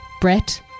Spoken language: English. Brett